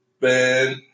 Ben